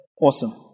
awesome